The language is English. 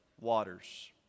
waters